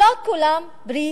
לא כולם פרי